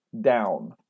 down